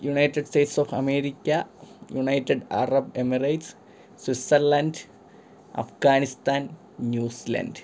United States of America United Arab Emirates Switzerland Afghanistan New Zealand